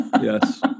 Yes